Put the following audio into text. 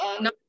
No